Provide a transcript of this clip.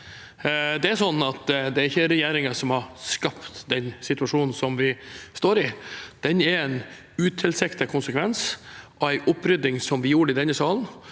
Det er ikke regjeringen som har skapt den situasjonen vi står i. Den er en utilsiktet konsekvens av en opprydding vi gjorde i denne salen,